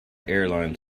airline